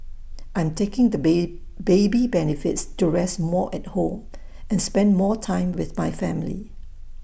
I'm taking the baby benefits to rest more at home and spend more time with my family